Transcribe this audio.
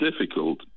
difficult